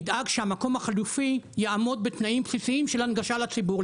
תדאג שהמקום החלופי יעמוד בתנאים בסיסיים של הנגשה לציבור,